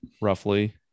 Roughly